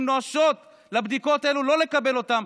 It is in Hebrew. נואשות לבדיקות האלו לא לקבל אותן,